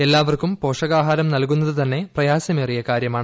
എല്ലാവർക്കും പോഷകാഹാരം നൽകൂന്നത് തന്നെ പ്രയാസമേറിയ കാര്യമാണ്